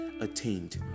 attained